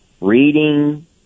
reading